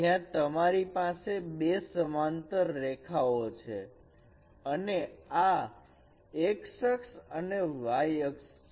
જ્યાં તમારી પાસે બે સમાંતર રેખાઓ છે અને આ x અક્ષ અને આ y અક્ષ છે